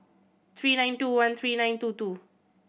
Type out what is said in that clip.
three nine two one three nine two two